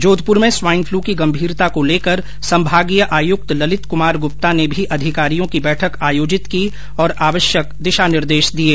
जोधप्र में swine flu की गंभीरता को लेकर संभागीय आयुक्त ललित कुमार गुप्ता ने भी अधिकारियों की बैठक आयोजित की और आवश्यक दिशा निर्देश दिये